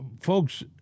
Folks